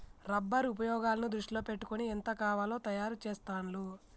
rubber ఉపయోగాలను దృష్టిలో పెట్టుకొని ఎంత కావాలో తయారు చెస్తాండ్లు